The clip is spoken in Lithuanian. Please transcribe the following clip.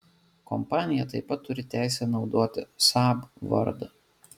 kompanija taip pat turi teisę naudoti saab vardą